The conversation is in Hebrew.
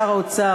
שר האוצר,